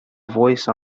voice